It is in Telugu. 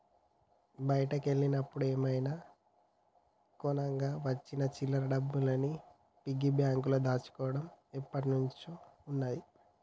బయటికి వెళ్ళినప్పుడు ఏమైనా కొనగా వచ్చిన చిల్లర డబ్బుల్ని పిగ్గీ బ్యాంకులో దాచుకోడం ఎప్పట్నుంచో ఉన్నాది